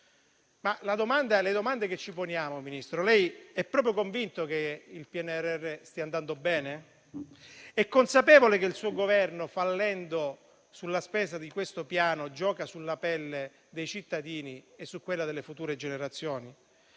Le domande che ci poniamo, signor Ministro, sono le seguenti: lei è proprio convinto che il PNRR stia andando bene? È consapevole che il suo Governo, fallendo sulla spesa di questo Piano, gioca sulla pelle dei cittadini e su quella delle future generazioni?